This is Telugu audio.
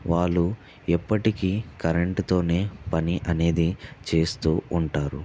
వాళ్లు ఎప్పటికీ కరెంట్తోనే పని అనేది చేస్తూ ఉంటారు